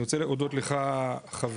אני רוצה להודות לך חברי,